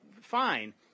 fine